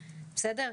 בסדר?